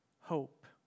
hope